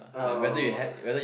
oh